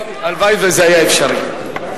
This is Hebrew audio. הלוואי שזה היה אפשרי.